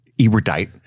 erudite